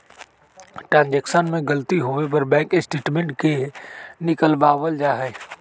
transaction में गलती होवे पर बैंक स्टेटमेंट के निकलवावल जा हई